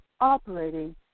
operating